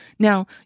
Now